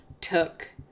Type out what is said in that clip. took